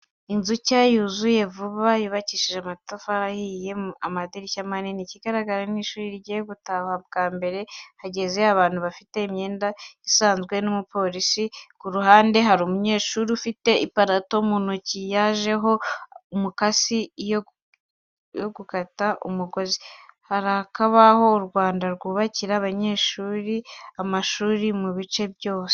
Inzu nshya yuzuye vuba yubakishije amatafari ahiye ifite amadirishya manini ikigaragara n'ishuri rigiye gutahwa bwambere hahagaze abantu bafite imyenda isanzw n'umuporisi kuruhande harumunyeshuri ufite iparato muntoki yajeho imakasi yo gukata umugozi. Harakabaho u Rwanda rwubakira abanyeshuri amashuri mubice byose.